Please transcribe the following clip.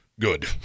good